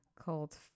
called